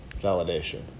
validation